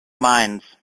minds